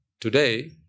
today